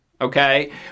okay